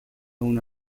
una